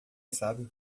sábio